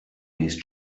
these